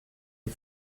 les